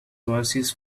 oasis